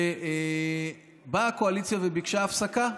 ובאה הקואליציה וביקשה הפסקה.